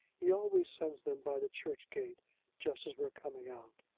he always sends them by the church gate just as we're coming out.